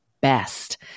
best